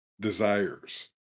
desires